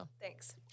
thanks